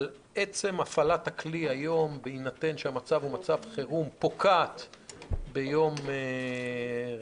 אבל עצם הפעלת הכלי היום בהינתן שהמצב הוא מצב חירום פוקעת ביום רביעי.